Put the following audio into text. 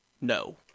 No